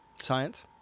Science